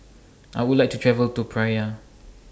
I Would like to travel to Praia